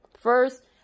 first